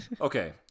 Okay